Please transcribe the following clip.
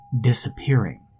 disappearing